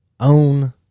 own